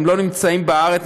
הם לא נמצאים בארץ,